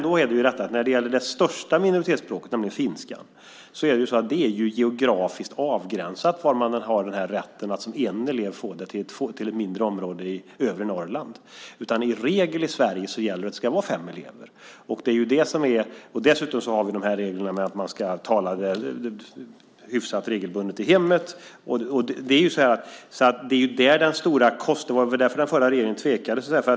När det gäller det största minoritetsspråket, finska, är det geografiskt avgränsat till ett mindre område i Övre Norrland där man har den rätten. I regel gäller att det ska vara fem elever. Dessutom har vi regeln att man ska tala språket hyfsat regelbundet i hemmet. Det var väl därför den förra regeringen tvekade.